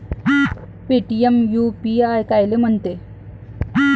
Paytm UPI कायले म्हनते?